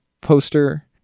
poster